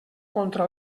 contra